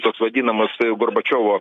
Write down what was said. tos vadinamosios gorbačiovo